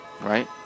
right